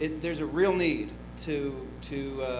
there is a real need to to